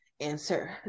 answer